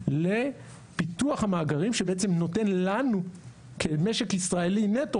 לפיתוח המאגרים שבעצם נותן לנו כמשק ישראלי נטו,